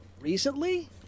Recently